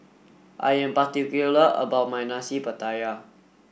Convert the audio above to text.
I am particular about my Nasi Pattaya